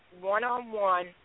one-on-one